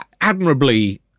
admirably